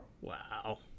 Wow